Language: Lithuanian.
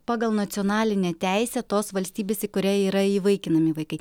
pagal nacionalinę teisę tos valstybės į kurią yra įvaikinami vaikai